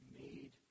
made